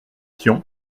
tian